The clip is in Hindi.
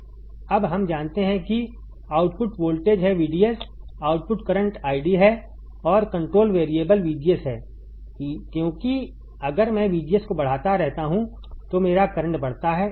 अब हम जानते हैं कि आउटपुट वोल्टेज है VDS आउटपुट करंट ID है और कंट्रोल वैरिएबल VGS है क्योंकि अगर मैं VGS को बढ़ाता रहता हूं तो मेरा करंट बढ़ता है